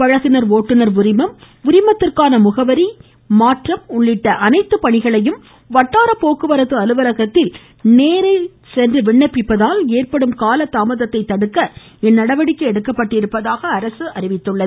பழகுநர் ஓட்டுநர் உரிமம் உரிமத்திற்கான முகவரி மாற்றம் உள்ளிட்ட அனைத்துப் பணிகளையும் வட்டாரப் போக்குவரத்து அலுவலகத்தில் நேரில் சென்று விண்ணப்பிப்பதால் ஏற்படும் கால தாமதத்தை தடுக்க இந்நடவடிக்கை எடுக்கப்பட்டிருப்பதாக அரசு அறிவித்துள்ளது